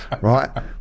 Right